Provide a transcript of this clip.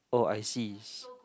oh I see